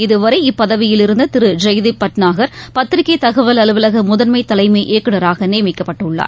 இதவரை இப்பதவியில் இருந்ததிருஜெய்தீப் பட்நாகர் பத்திரிகைதகவல் அலுவலகமுதன்மைதலைமை இயக்குநராகநியமிக்கப்பட்டுள்ளார்